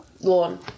Lawn